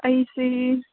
ꯑꯩꯁꯤ